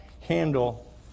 handle